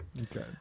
Okay